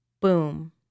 boom